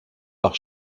par